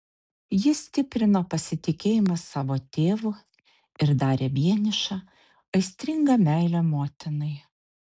jį stiprino pasitikėjimas savo tėvu ir darė vienišą aistringa meilė motinai